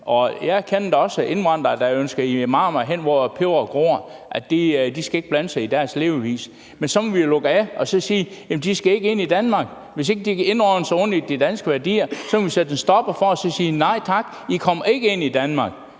Jeg kender da også indvandrere, der ønsker imamer hen, hvor peberet gror, og ikke mener, at de skal blande sig i deres levevis. Men så må vi jo lukke af og sige, at de ikke skal ind i Danmark. Hvis ikke de kan indordne sig under de danske værdier, må vi sætte en stopper for det og så sige: Nej tak, I kommer ikke ind i Danmark.